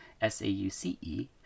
s-a-u-c-e